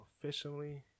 officially